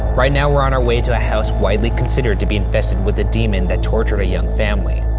right now, we're on our way to a house widely considered to be infested with a demon that tortured a young family.